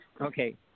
Okay